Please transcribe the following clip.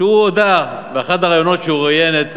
שהודה באחד הראיונות שראיין את